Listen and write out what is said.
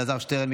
אלעזר שטרן,